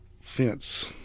fence